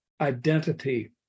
identity